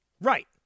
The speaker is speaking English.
Right